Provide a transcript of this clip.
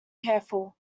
careful